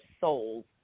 souls